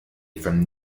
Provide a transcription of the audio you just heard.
from